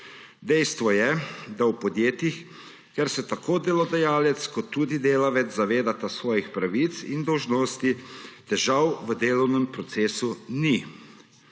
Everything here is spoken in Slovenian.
Dejstvo je, da v podjetjih, kjer se tako delodajalec kot tudi delavec zavedata svojih pravic in dolžnosti, težav v delovnem procesu ni.